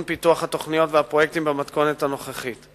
פיתוח התוכניות והפרויקטים במתכונת הנוכחית.